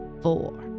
four